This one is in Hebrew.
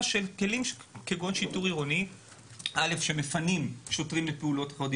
כלים כמו השיטור העירוני שמפנים שוטרים לפעולות אחרות,